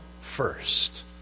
first